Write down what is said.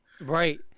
Right